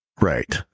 Right